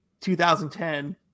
2010